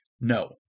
No